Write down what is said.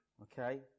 okay